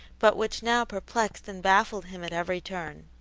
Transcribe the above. but which now perplexed and baffled him at every turn.